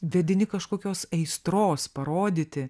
vedini kažkokios aistros parodyti